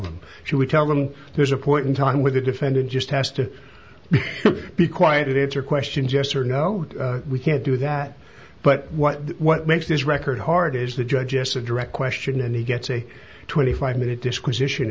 she would tell them there's a point in time where the defendant just has to be quiet is your question yes or no we can't do that but what what makes this record hard is the judge yes a direct question and he gets a twenty five minute disquisition